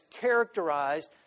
characterized